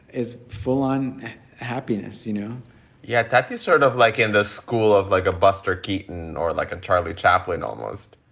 is full on happiness, you know yeah. that is sort of like in the school of like a buster keaton or like a charlie chaplin almost.